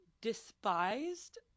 despised